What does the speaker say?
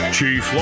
Chief